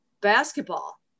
basketball